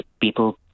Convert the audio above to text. people